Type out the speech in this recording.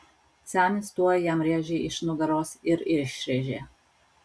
senis tuoj jam rėžį iš nugaros ir išrėžė